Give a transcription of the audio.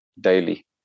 daily